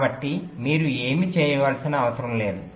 కాబట్టి మీరు ఏమీ చేయవలసిన అవసరం లేదు